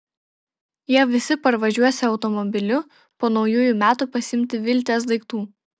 jie visi parvažiuosią automobiliu po naujųjų metų pasiimti viltės daiktų